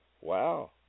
Wow